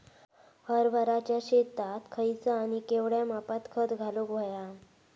हरभराच्या शेतात खयचा आणि केवढया मापात खत घालुक व्हया?